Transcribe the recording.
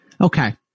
Okay